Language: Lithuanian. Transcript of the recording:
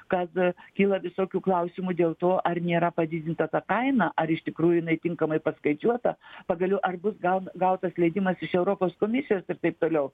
kad kyla visokių klausimų dėl to ar nėra padidinta ta kaina ar iš tikrųjų jinai tinkamai paskaičiuota pagaliau ar bus gal gautas leidimas iš europos komisijos ir taip toliau